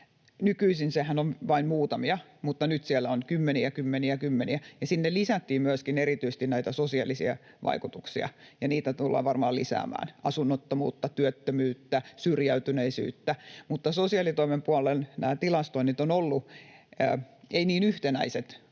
Nykyisinhän se on vain muutamia, mutta nyt siellä on kymmeniä, kymmeniä ja kymmeniä, ja sinne lisättiin myöskin erityisesti näitä sosiaalisia vaikutuksia ja niitä tullaan varmaan lisäämään, asunnottomuutta, työttömyyttä, syrjäytyneisyyttä, mutta sosiaalitoimen puolella nämä tilastoinnit eivät ole olleet niin yhtenäiset